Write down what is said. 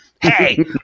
hey